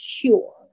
cure